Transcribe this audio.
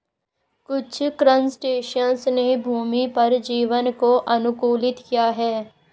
कुछ क्रस्टेशियंस ने भूमि पर जीवन को अनुकूलित किया है